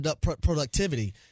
productivity